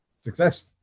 Success